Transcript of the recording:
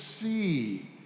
see